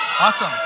Awesome